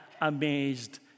amazed